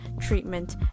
treatment